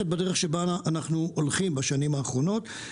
בדרך בה אנחנו הולכים בשנים האחרונות.